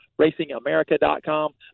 racingamerica.com